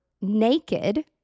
naked